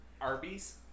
Arby's